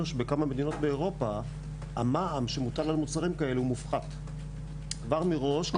שבכמה מדינות באירופה המע"מ שמוטל על מוצרים כאלה הוא מופחת כבר מראש.